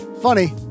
Funny